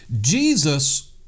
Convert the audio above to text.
Jesus